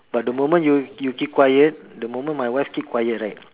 but the moment you you keep quiet the moment my wife keep quiet right